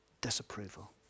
disapproval